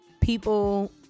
people